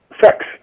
sex